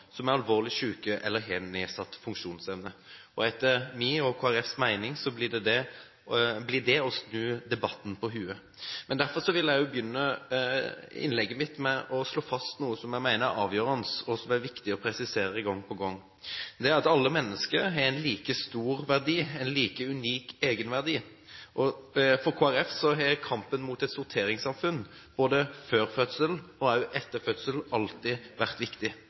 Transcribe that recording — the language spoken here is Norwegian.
som er alvorlig syke eller har nedsatt funksjonsevne. Etter min og Kristelig Folkepartis mening blir det å snu debatten på hodet. Derfor vil jeg begynne innlegget mitt med å slå fast noe som jeg mener er avgjørende, og som er viktig å presisere gang på gang. Det er at alle mennesker har like stor verdi og en like unik egenverdi. For Kristelig Folkeparti har kampen mot et sorteringssamfunn både før fødselen og også etter fødselen alltid vært viktig.